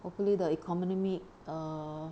hopefully the economic err